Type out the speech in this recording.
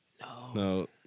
No